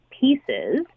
pieces